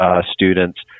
students